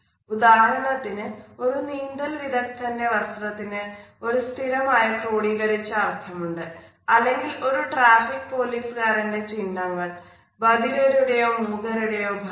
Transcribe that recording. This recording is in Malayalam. ഉദാഹരണത്തിന് ഒരു നീന്തൽ വിദഗ്ദ്ധന്റെ വസ്ത്രത്തിന് ഒരു സ്ഥിരമായ ക്രോഡീകരിച്ച അർത്ഥമുണ്ട് അല്ലെങ്കിൽ ഒരു ട്രാഫിക് പോലീസ്കാരന്റെ ചിഹ്നങ്ങൾ ബധിരയുടെയോ മൂകരുടെയോ ഭാഷ